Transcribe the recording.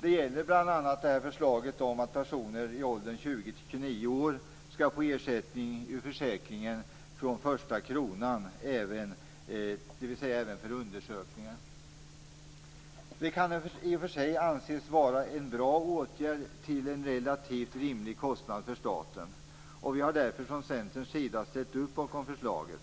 Det gäller bl.a. förslaget om att personer i åldern 20-29 år skall få ersättning av försäkringen från första kronan - dvs. även för undersökningen. Det kan i och för sig anses vara en bra åtgärd till en relativt rimlig kostnad för staten. Vi har därför från Centerns sida ställt upp bakom förslaget.